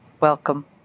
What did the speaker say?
Welcome